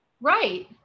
Right